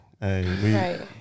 hey